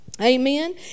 Amen